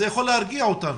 זה יכול להרגיע אותנו.